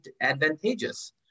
advantageous